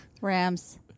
rams